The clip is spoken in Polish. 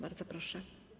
Bardzo proszę.